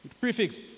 Prefix